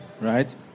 right